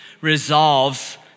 resolves